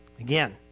Again